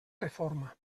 reforma